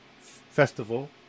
festival